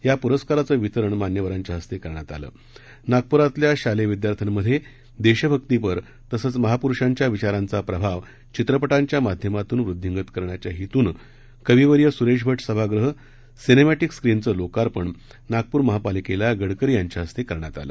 या पुरस्काराचं वितरण मान्यवरांच्या हस्ते करण्यात आलं नागपूरातल्या शालेय विद्यार्थ्यांमध्ये देशभक्तीपर तसंच महापूरुषांच्या विचारांचा प्रभाव चित्रपटांच्या माध्यमातून वृद्धिगंत करण्याच्या हेतूनं कविवर्य सुरेश भट सभागृह सिनेमॅटिक स्क्रीनचं लोकार्पण नागपूर महानगरपालिकेला गडकरी यांच्या हस्ते करण्यात आलं